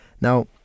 Now